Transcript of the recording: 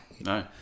No